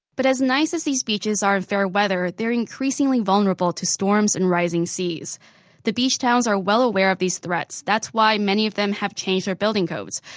but as nice as these beaches are in fair weather, they're increasingly vulnerable to storms and rising seas the beach towns are well aware of these threats. that's why many of them have changed their building codes.